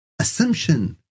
assumption